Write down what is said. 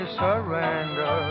surrender